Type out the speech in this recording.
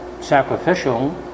sacrificial